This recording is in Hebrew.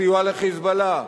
הסיוע ל"חיזבאללה",